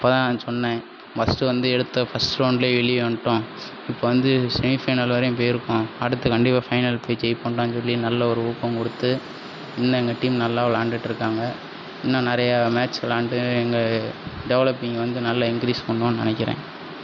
அப்போ தான் நான் சொன்னேன் ஃபஸ்ட்டு வந்து எடுத்த ஃபஸ்ட்டு ரவுண்டுலேயே வெளியே வந்துவிட்டோம் இப்போது வந்து செமிஃபைனல் வரையும் போய்ருக்கோம் அடுத்து கண்டிப்பாக ஃபைனல் போய் ஜெய்ப்போம்டான்னு சொல்லி நல்ல ஒரு ஊக்கம் கொடுத்து இன்னங்கட்டியும் நல்லா விளாண்டுட்ருக்காங்க இன்னும் நிறையா மேட்ச் விளாண்டு எங்கள் டெவலப்பிங் வந்து நல்லா இன்க்ரீஸ் பண்ணுவோம்னு நினைக்கிறேன்